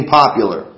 popular